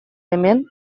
hemen